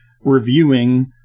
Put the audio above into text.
reviewing